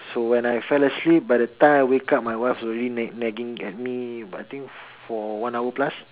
so when I fell asleep by the time I wake up my wife was already nag nagging at me but I think for one hour plus